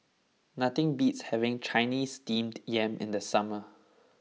nothing beats having Chinese Steamed Yam in the summer